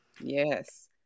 Yes